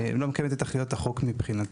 הם לא מקבלים את תכליות החוק מבחינתנו.